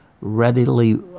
readily